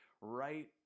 right